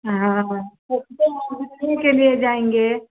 हाँ उसी के लिए जाएँगे